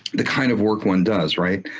the kind of work one does, right?